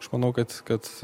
aš manau kad kad